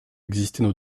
existaient